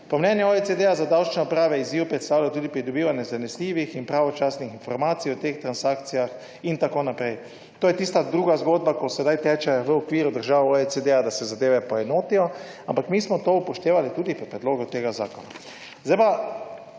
Po mnenju OECD za davčne uprave izziv predstavlja tudi pridobivanje zanesljivih in pravočasnih informacij o teh transakcijah in tako naprej. To je tista druga zgodba, ki sedaj teče v okviru držav OECD, da se zadeve poenotijo. Ampak mi smo to upoštevali tudi pri predlogu tega zakona.